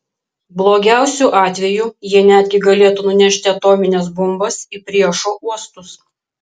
blogiausiu atveju jie netgi galėtų nunešti atomines bombas į priešo uostus